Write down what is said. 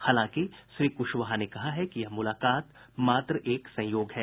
हालांकि श्री कुशवाहा ने कहा है कि यह मुलाकात मात्र एक संयोग है